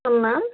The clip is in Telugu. సున్నా